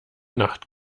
nacht